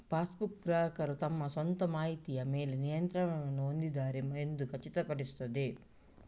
passbook, ಗ್ರಾಹಕರು ತಮ್ಮ ಸ್ವಂತ ಮಾಹಿತಿಯ ಮೇಲೆ ನಿಯಂತ್ರಣವನ್ನು ಹೊಂದಿದ್ದಾರೆ ಎಂದು ಖಚಿತಪಡಿಸುತ್ತದೆ